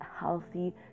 healthy